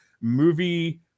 movie